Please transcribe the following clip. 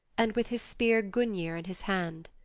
and with his spear gungnir in his hand.